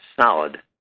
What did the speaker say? solid